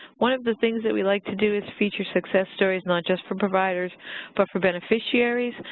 one of the things that we like to do is feature success stories, not just for providers but for beneficiaries.